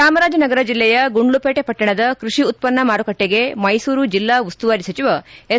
ಚಾಮರಾಜನಗರ ಜಿಲ್ಲೆಯ ಗುಂಡ್ಲುಪೇಟೆ ಪಟ್ಟಣದ ಕೃಷಿ ಉತ್ಪನ್ನ ಮಾರುಕಟ್ಟಿಗೆ ಮೈಸೂರು ಜಿಲ್ಲಾ ಉಸ್ತುವಾರಿ ಸಚಿವ ಎಸ್